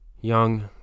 young